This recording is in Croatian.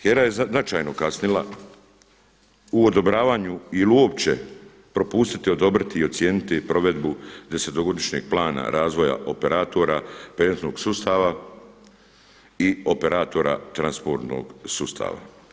HERA je značajno kasnila u odobravanju ili uopće propustit odobriti i ocijeniti provedbu desetogodišnjeg plana razvoja operatora … sustava i operatora transportnog sustava.